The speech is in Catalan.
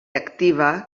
activa